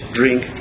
drink